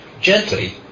gently